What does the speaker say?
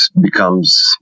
becomes